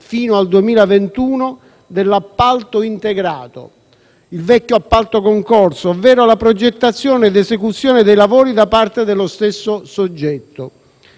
fino al 2021, dell'appalto integrato, il vecchio appalto concorso, ovvero la progettazione ed esecuzione dei lavori da parte dello stesso soggetto.